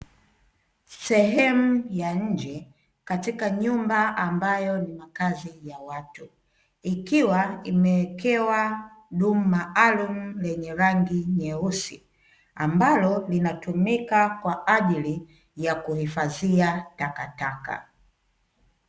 Sehemu ya nje katika nyumba ambayo ni makazi ya watu, ikiwa imewekewa dumu maalumu lenye rangi nyeusi, ambalo linatumika kwa ajili ya kuhifadhia takataka.